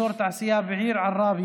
אזור תעשייה בעיר עראבה.